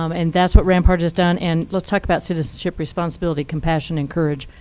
um and that's what rampart has done. and let's talk about citizenship, responsibility, compassion, and courage,